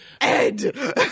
Ed